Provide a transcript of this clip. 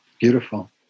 beautiful